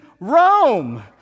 Rome